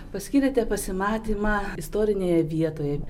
paskyrėte pasimatymą istorinėje vietoje